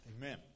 Amen